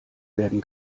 werden